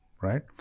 right